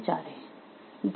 Thank you धन्यवाद